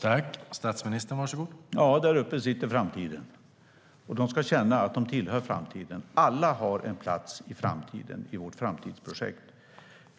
Herr talman! Ja, där uppe på läktaren sitter framtiden. De ska känna att de tillhör framtiden. Alla har en plats i framtiden i vårt framtidsprojekt.